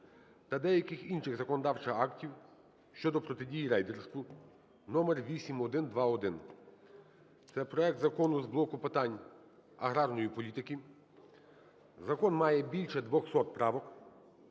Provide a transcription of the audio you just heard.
та деяких інших законодавчих актів щодо протидії рейдерству (№ 8121). Це проект закону з блоку питань аграрної політики. Закон має більше 200 правок.